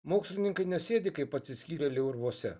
mokslininkai nesėdi kaip atsiskyrėlių urvuose